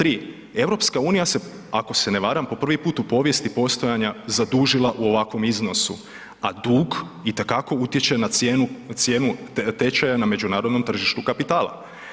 3 EU se, ako se ne varam, po prvi put u povijesti postojanja zadužila u ovakvom iznosu, a dug itekako utječe na cijenu, cijenu tečaja na međunarodnom tržištu kapitala.